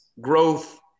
growth